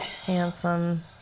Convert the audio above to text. handsome